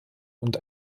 und